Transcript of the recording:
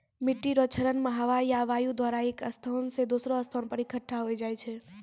मिट्टी रो क्षरण मे हवा या वायु द्वारा एक स्थान से दोसरो स्थान पर इकट्ठा होय जाय छै